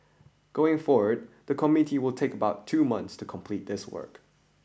going forward the committee will take about two months to complete this work